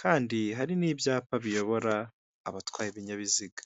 kandi hari n'ibyapa biyobora abatwaye ibinyabiziga.